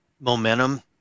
momentum